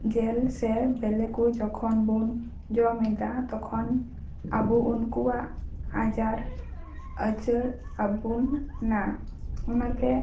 ᱡᱮᱞ ᱥᱮ ᱵᱮᱞᱮ ᱠᱚ ᱡᱚᱠᱷᱚᱱ ᱵᱚᱱ ᱡᱚᱢᱮᱫᱟ ᱛᱚᱠᱷᱚᱱ ᱟᱵᱚ ᱩᱱᱠᱩᱣᱟᱜ ᱟᱡᱟᱨ ᱩᱪᱟᱹᱲ ᱟᱵᱚᱱ ᱱᱟ ᱚᱱᱟᱛᱮ